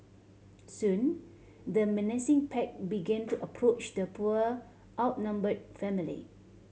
soon the menacing pack began to approach the poor outnumbered family